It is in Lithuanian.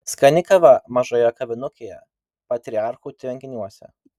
skani kava mažoje kavinukėje patriarchų tvenkiniuose